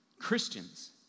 Christians